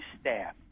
staff